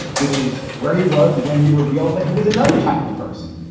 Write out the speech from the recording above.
which is where he was when he revealed that he was another type of person.